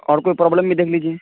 اور کوئی پروبلم بھی دیکھ لیجیے